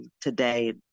today